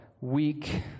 weak